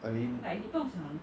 I mean I